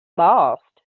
lost